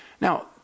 Now